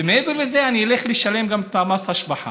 ומעבר לזה, אני אלך לשלם גם את מס ההשבחה.